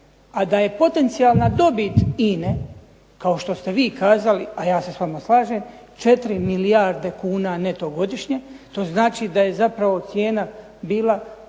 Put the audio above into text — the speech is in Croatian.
a da je potencijalna dobit INA-e kao što ste vi kazali, a ja se s vama slažem 4 milijarde kuna neto godišnje, to znači da je zapravo cijena bila